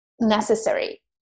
necessary